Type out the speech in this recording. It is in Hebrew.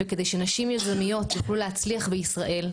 וכדי שנשים יזמיות יוכלו להצליח בישראל,